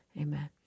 Amen